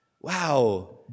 Wow